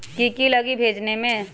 की की लगी भेजने में?